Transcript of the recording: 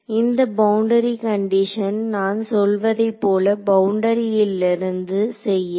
இந்த boundary condition நான் சொல்வதை போல பவுண்டரியிலிருந்து செய்யாது